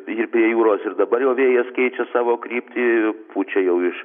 ir prie jūros ir dabar jau vėjas keičia savo kryptį pučia iš